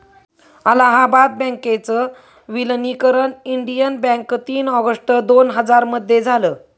अलाहाबाद बँकेच विलनीकरण Indian Bank तीन ऑगस्ट दोन हजार मध्ये झालं